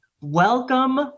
welcome